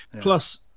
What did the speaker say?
Plus